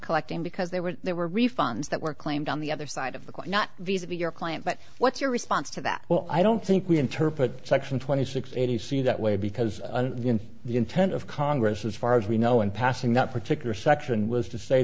collecting because there were there were refunds that were claimed on the other side of the court not visa be your client but what's your response to that well i don't think we interpret section twenty six a t c that way because the intent of congress as far as we know in passing that particular section was to say